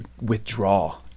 withdraw